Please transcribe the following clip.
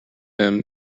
them